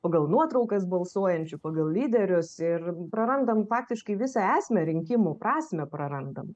pagal nuotraukas balsuojančių pagal lyderius ir prarandam faktiškai visą esmę rinkimų prasmę prarandam